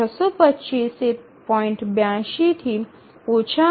૬૨૫ ≤ 0